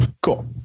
Cool